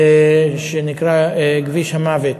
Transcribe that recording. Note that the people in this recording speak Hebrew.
שנקרא "כביש המוות",